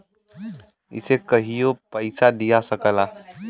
इसे कहियों पइसा दिया सकला